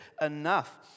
enough